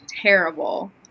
terrible